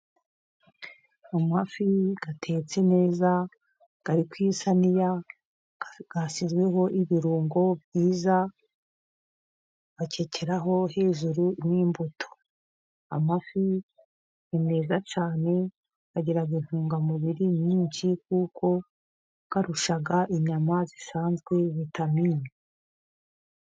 Amafi atetse neza ari ku isiniya, yasizwe ibirungo, byiza bakekeraho hejuru n'imbuto. Amafi ni meza cyane , kuko agira intungamubiri nyinshi , kuko, arusha inyama zisanzwe vitaminini ,